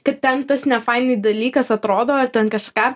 kad ten tas nefainiai dalykas atrodo ar ten kažką